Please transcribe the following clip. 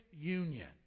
union